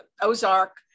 Ozark